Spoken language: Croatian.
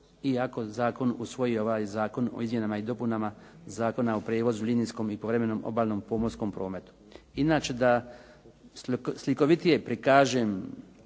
ako zakon usvoji ovaj zakon o izmjenama i dopunama Zakona o prijevozu linijskom i povremenom obalnom pomorskom prometu. Inače da slikovitije prikažem